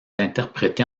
interprétée